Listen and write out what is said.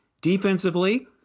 Defensively